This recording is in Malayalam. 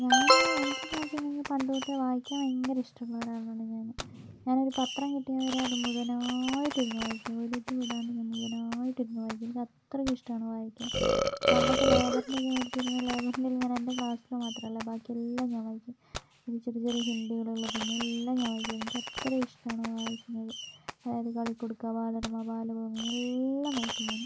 ഞാൻ എനിക്കെന്ന് വെച്ചിട്ടുണ്ടെങ്കിൽ പണ്ടുതൊട്ട് വായിക്കാൻ ഭയങ്കര ഇഷ്ടമുള്ളൊരാളാണ് ഞാൻ ഞാനൊരു പത്രം കിട്ടിയാൽ വരെ അത് മുഴുവനായിട്ടിരുന്ന് വായിക്കും ഒരിത് വിടാണ്ട് ഞാൻ മുഴുവനായിട്ടിരുന്ന് വായിക്കും എനിക്ക് അത്രക്കിഷ്ടമാണ് വായിക്കാൻ പണ്ടൊക്കെ ലേബർ ഇന്ത്യയൊക്കെ മേടിച്ച് വരുമ്പോൾ ലേബർ ഇന്ത്യെല് ഞാൻ എൻ്റെ ക്ലാസ്സ് മാത്രമല്ല ബാക്കി എല്ലാം ഞാൻ വായിക്കും ചെറിയ ചെറിയ ഹിൻറ്റുകളുള്ളതും എല്ലാം ഞാൻ വായിക്കും എനിക്കത്രേം ഇഷ്ടമാണ് വായിക്കുന്നത് അതായത് കളിക്കുടുക്ക ബാലരമ ബാലഭൂമി എല്ലാം വായിക്കും ഞാൻ